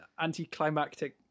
anticlimactic